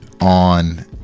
on